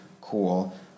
cool